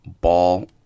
Ball